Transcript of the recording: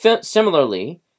Similarly